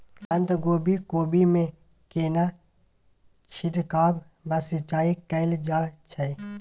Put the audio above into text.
बंधागोभी कोबी मे केना छिरकाव व सिंचाई कैल जाय छै?